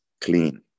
clean